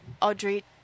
Audrey